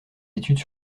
études